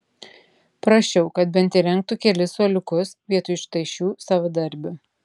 prašiau kad bent įrengtų kelis suoliukus vietoj štai šių savadarbių